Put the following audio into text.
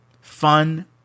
fun